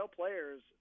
players